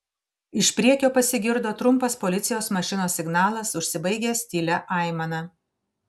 iš priekio pasigirdo trumpas policijos mašinos signalas užsibaigęs tylia aimana